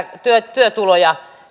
työtuloverotusta